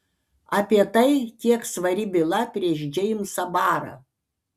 apie tai kiek svari byla prieš džeimsą barą